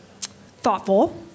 thoughtful